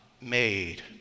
made